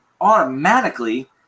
automatically